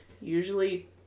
Usually